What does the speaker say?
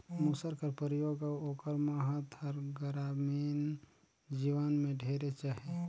मूसर कर परियोग अउ ओकर महत हर गरामीन जीवन में ढेरेच अहे